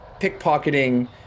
pickpocketing